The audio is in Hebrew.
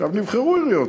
נבחרו עיריות.